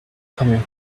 coming